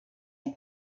ont